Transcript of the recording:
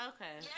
Okay